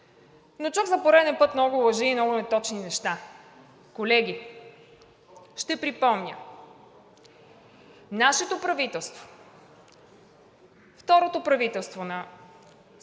но чух за пореден път много лъжи и много неточни неща. Колеги, ще припомня – нашето правителство, второто правителство на